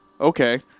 Okay